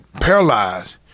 paralyzed